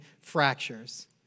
fractures